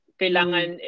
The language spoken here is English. kailangan